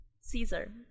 Caesar